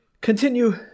continue